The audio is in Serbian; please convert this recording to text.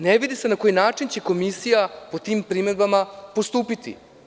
Ne vidi se na koji način će komisija po tim primedbama postupiti.